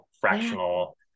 fractional